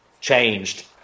changed